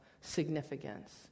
significance